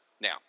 Now